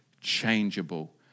changeable